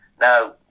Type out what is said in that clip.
Now